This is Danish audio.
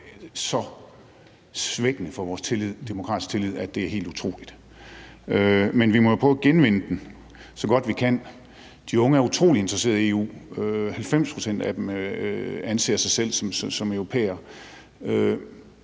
så svækkende for vores demokratiske tillid, at det er helt utroligt. Men vi må jo prøve at genvinde den, så godt vi kan. De unge er utrolig interesserede i EU, og 90 pct. af dem anser sig selv som europæere.